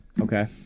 Okay